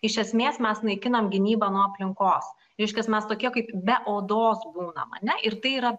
iš esmės mes naikinam gynybą nuo aplinkos reiškias mes tokie kaip be odos būnam ane ir tai yra